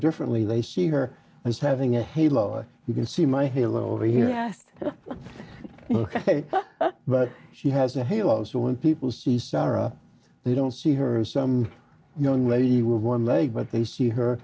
differently they see her as having a halo or you can see my halo over here last but she has a halo so when people see sarah they don't see her some young lady with one leg but they see her